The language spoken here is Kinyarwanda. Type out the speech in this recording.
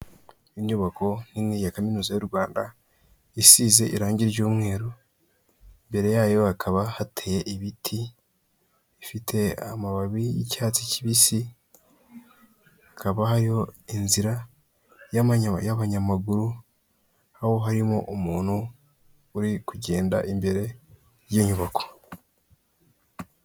Inyubako nini ya kaminuza y'u Rwanda, isize irangi ry'umweru, imbere yayo hakaba hateye ibiti ifite amababi y'icyatsi kibisi, hakabayo inzira y'abanyamaguru harimo umuntu uri kugenda imbere y'inyubako.